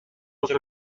les